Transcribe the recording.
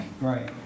Right